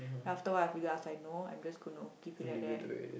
after what if you ask I know I am just going to keep it like that